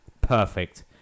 Perfect